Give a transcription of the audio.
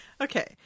Okay